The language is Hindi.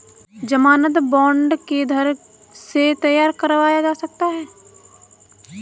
ज़मानत बॉन्ड किधर से तैयार करवाया जा सकता है?